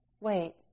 wait